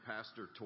Pastor